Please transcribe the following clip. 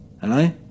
Hello